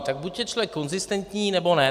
Tak buď je člověk konzistentní, nebo ne.